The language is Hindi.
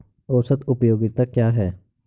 औसत उपयोगिता क्या है?